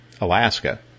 Alaska